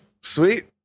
Sweet